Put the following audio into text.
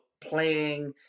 playing